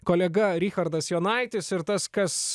kolega richardas jonaitis ir tas kas